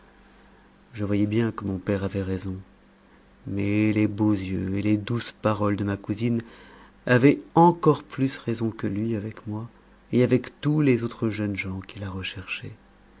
je voyais bien que mon père avait raison mais les beaux yeux et les douces paroles de ma cousine avaient encore plus raison que lui avec moi et avec tous les autres jeunes gens qui la recherchaient